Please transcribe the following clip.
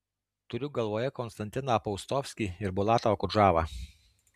turiu galvoje konstantiną paustovskį ir bulatą okudžavą